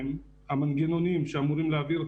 יש את